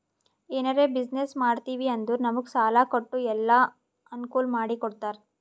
ಎನಾರೇ ಬಿಸಿನ್ನೆಸ್ ಮಾಡ್ತಿವಿ ಅಂದುರ್ ನಮುಗ್ ಸಾಲಾ ಕೊಟ್ಟು ಎಲ್ಲಾ ಅನ್ಕೂಲ್ ಮಾಡಿ ಕೊಡ್ತಾರ್